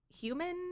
human